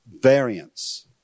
variance